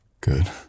Good